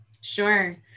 Sure